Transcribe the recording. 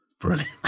Brilliant